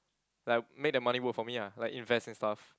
like make the money work for me ah like invest and stuff